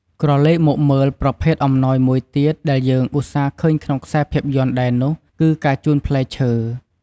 ក្រឡេកមកមើលប្រភេទអំណោយមួយទៀតដែលយើង ឧស្សាហ៍ឃើញក្នុងខ្សែភាពយន្តដែរនោះ គឺការជូនផ្លែឈើ។